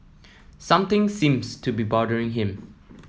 something seems to be bothering him